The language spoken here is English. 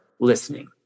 listening